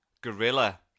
Gorilla